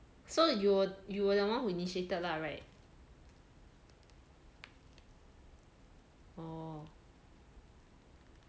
so you were you were the one who initiated lah right orh